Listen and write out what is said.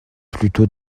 plutôt